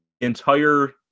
entire –